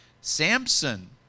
Samson